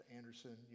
Anderson